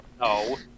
no